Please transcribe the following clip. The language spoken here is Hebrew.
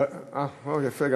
יפה.